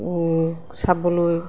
চাবলৈ